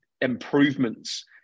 improvements